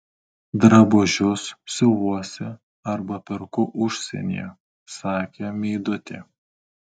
drabužius siuvuosi arba perku užsienyje sakė meidutė